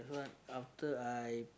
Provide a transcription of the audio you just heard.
but after I